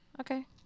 Okay